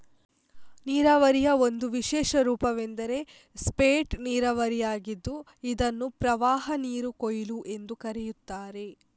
ನೀರಾವರಿಯ ಒಂದು ವಿಶೇಷ ರೂಪವೆಂದರೆ ಸ್ಪೇಟ್ ನೀರಾವರಿಯಾಗಿದ್ದು ಇದನ್ನು ಪ್ರವಾಹನೀರು ಕೊಯ್ಲು ಎಂದೂ ಕರೆಯುತ್ತಾರೆ